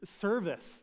service